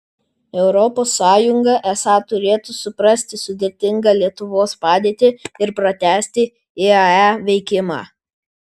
europos sąjunga esą turėtų suprasti sudėtingą lietuvos padėtį ir pratęsti iae veikimą